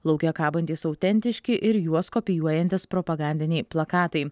lauke kabantys autentiški ir juos kopijuojantys propagandiniai plakatai